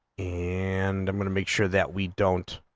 and i mean and make sure that we don't,